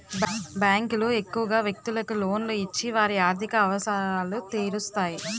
బ్యాంకులు ఎక్కువగా వ్యక్తులకు లోన్లు ఇచ్చి వారి ఆర్థిక అవసరాలు తీరుస్తాయి